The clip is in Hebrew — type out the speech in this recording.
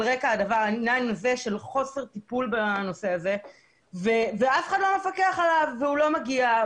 על רקע חוסר הטיפול בנושא הזה - ואף אחד לא מפקח עליו והוא לא מגיע.